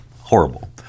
horrible